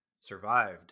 survived